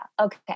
okay